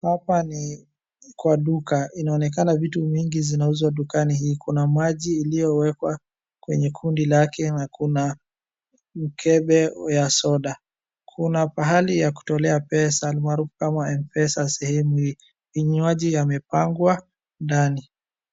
Hapa ni kwa duka. Inaonekana kuna vitu mingi zinauzwa kwa dukani hii. Kuna maji iliyowekwa kwenye kundi lake na kuna mikebe ya soda. Kuna pahali ya kutolea pesa almaarufu kama Mpesa sehemu hii. Vinywaji yamepangwa ndani.